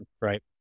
right